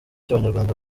cy’abanyarwanda